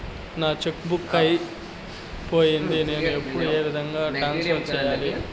నా cheque book అయిపోయింది నేను ఇప్పుడు ఏ విధంగా ట్రాన్స్ఫర్ సేయాలి?